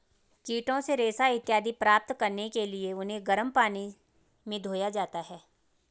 कीटों से रेशा इत्यादि प्राप्त करने के लिए उन्हें गर्म पानी में धोया जाता है